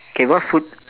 okay what food